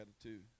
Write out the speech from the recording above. attitude